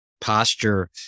posture